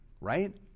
right